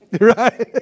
Right